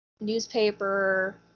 newspaper